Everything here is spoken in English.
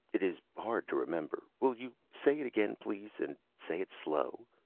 it is hard to remember. will you say it again, please, and say it slow?